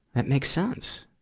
that makes sense!